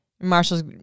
Marshall's